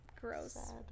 gross